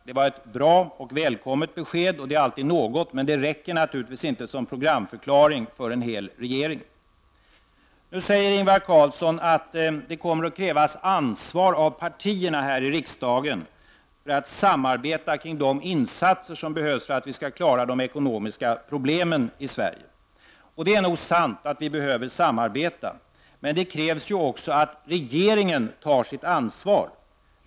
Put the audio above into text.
Det var ett bra och välkommet besked, och det är alltid något, men det räcker naturligtvis inte som programförklaring för en hel regering. Nu säger Ingvar Carlsson att det kommer att krävas ansvar av partierna här i riksdagen när det gäller att samarbeta kring de insatser som behövs för att vi skall klara de ekonomiska problemen i Sverige. Det är nog sant att vi behöver samarbeta, men det krävs ju också att regeringen tar sitt ansvar.